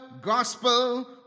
gospel